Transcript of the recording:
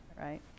right